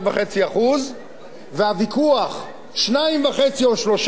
והוויכוח, 2.5% או 3%, ועל זה ייפול דבר.